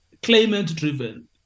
claimant-driven